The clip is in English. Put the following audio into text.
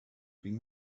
been